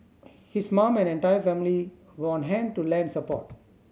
his mum and entire family were on hand to lend support